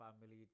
family